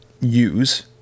use